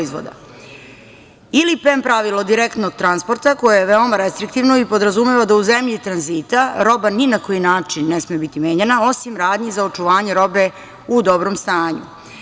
Ili PEM pravilo direktnog transporta koje je veoma restriktivno i podrazumeva da u zemlji tranzita roba ni na koji način ne sme biti menjana, osim radnji za očuvanje robe u dobrom stanju.